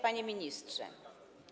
Panie Ministrze!